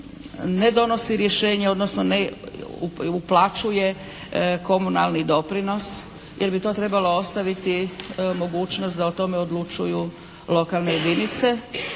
ne donosi rješenje odnosno ne uplaćuje komunalni doprinos jer bi to trebalo ostaviti mogućnost da o tome odlučuju lokalne jedinice